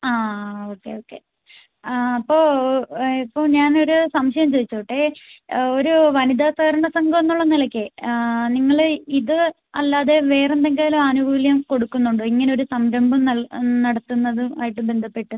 ആ ആ okay okay അപ്പോൾ ഇപ്പോൾ ഞാൻ ഒരു സംശയം ചോദിച്ചോട്ടെ ഒരു വനിത സഹകരണ സംഘം എന്നുള്ള നിലയ്ക്ക് നിങ്ങൾ ഇത് അല്ലാതെ വേറെ എന്തെങ്കിലും ആനുകൂല്യം കൊടുക്കുന്നുണ്ടോ ഇങ്ങനെ ഒരു സംരംഭം നടത്തുന്നതും ആയിട്ട് ബന്ധപ്പെട്ട്